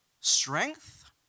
strength